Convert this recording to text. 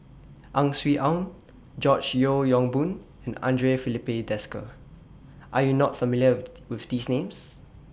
Ang Swee Aun George Yeo Yong Boon and Andre Filipe Desker Are YOU not familiar with These Names